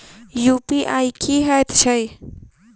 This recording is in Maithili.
यु.पी.आई की हएत छई?